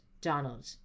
Donald